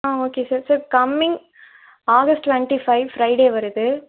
ஆ okay sir sir coming August twenty five Friday வருது